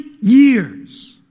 years